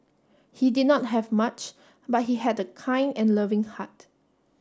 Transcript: he did not have much but he had a kind and loving heart